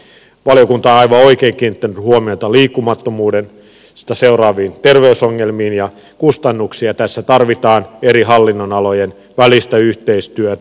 valiokunta on aivan oikein kiinnittänyt huomiota liikkumattomuudesta seuraaviin ter veysongelmiin ja kustannuksiin ja tässä tarvitaan eri hallinnonalojen välistä yhteistyötä